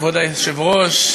כבוד היושב-ראש,